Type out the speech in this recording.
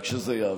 רק שזה יעבור.